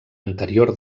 anterior